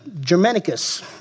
Germanicus